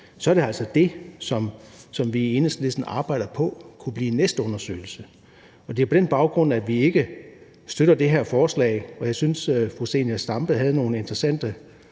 er det altså det, som vi i Enhedslisten arbejder på kunne blive den næste undersøgelse. Det er på den baggrund, at vi ikke støtter det her forslag. Jeg synes, fru Zenia Stampe havde nogle interessante